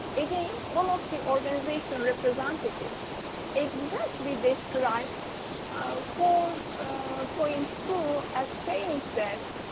again, one of the organization representative exactly described um four point to as saying that.